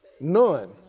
none